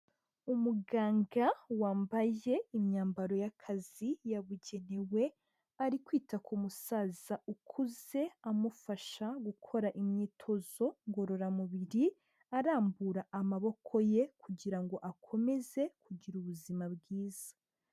Umuganga wambaye imyambaro y'akazi yabugenewe, ari kwita ku musaza ukuze ,amufasha gukora imyitozo ngororamubiri, arambura amaboko ye ,kugira ngo akomeze kugira ubuzima bwiza.